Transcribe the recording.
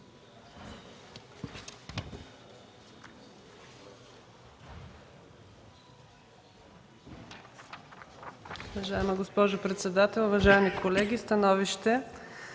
Уважаема госпожо председател, уважаеми колеги! Считам, че